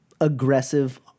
aggressive